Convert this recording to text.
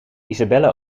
isabelle